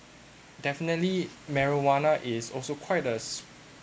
definitely marijuana is also quite a s~